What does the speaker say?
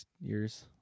years